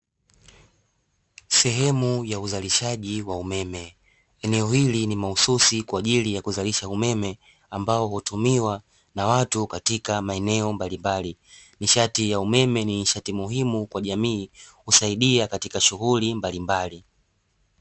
Sehemu ya uzalishaji wa umeme eneo hili ni mahususi kwa ajili ya kuzalisha umeme ambao hutumiwa na watu katika maeneo mbalimbali, nishati ya umeme ni nishati muhimu kwa jamii husaidia katika shughuli mbalimbali.